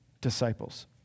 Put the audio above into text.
disciples